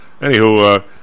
Anywho